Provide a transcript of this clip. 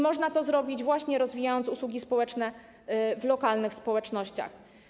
Można to zrobić właśnie rozwijając usługi społeczne w lokalnych społecznościach.